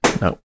no